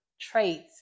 traits